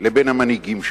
לבין המנהיגים שלהם.